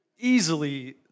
easily